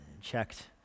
checked